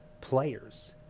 players